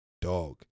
dog